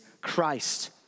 Christ